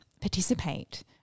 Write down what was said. participate